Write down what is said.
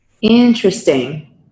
Interesting